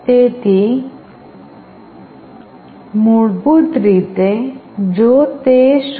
તેથી મૂળભૂત રીતે જો તે 0